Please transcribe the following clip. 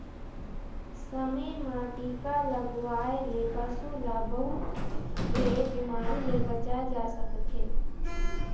समे म टीका लगवाए ले पशु ल बहुत ले बिमारी ले बचाए जा सकत हे